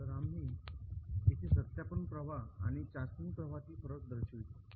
तर आम्ही येथे सत्यापन प्रवाह आणि चाचणी प्रवाहातील फरक दर्शवितो